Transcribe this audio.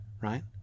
right